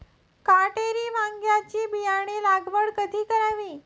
काटेरी वांग्याची बियाणे लागवड कधी करावी?